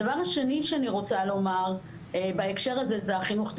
הדבר השני שאני רוצה לומר בהקשר הזה זה החינוך,